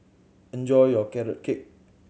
enjoy your Carrot Cake